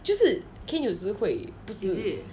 就是 kain 有时会